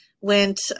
went